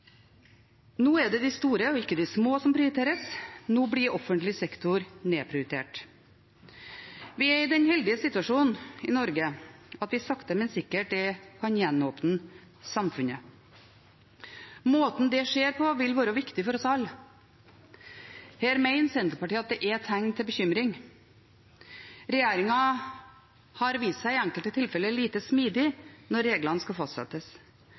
Nå er det de store, og ikke de små, som prioriteres. Nå blir offentlig sektor nedprioritert. Vi er i den heldige situasjon i Norge at vi sakte, men sikkert kan gjenåpne samfunnet. Måten det skjer på, vil være viktig for oss alle. Senterpartiet mener det er tegn til bekymring. Regjeringen har i enkelte tilfeller vist seg lite smidig når reglene skal fastsettes.